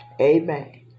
Amen